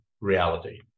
reality